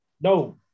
No